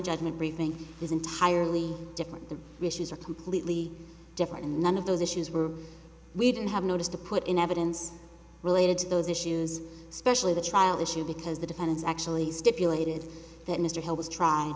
judgment briefing is entirely different the issues are completely different and none of those issues were we didn't have notice to put in evidence related to those issues specially the trial issue because the defendants actually stipulated that mr hill was tr